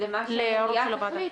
למה שהמליאה תחליט,